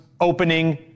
opening